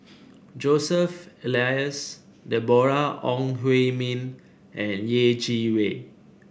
Joseph Elias Deborah Ong Hui Min and Yeh Chi Wei